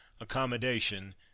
accommodation